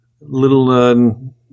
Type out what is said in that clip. little